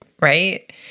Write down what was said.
right